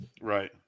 Right